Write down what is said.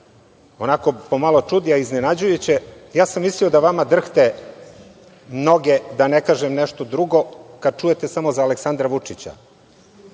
onako malo čudi, a iznenađujuće. Ja sam mislio da vama drhte noge, da ne kažem nešto drugo, kada čujete samo za Aleksandra Vučića.